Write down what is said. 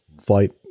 flight